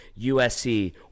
USC